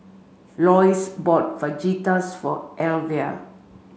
Loyce bought Fajitas for Elvia